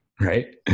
right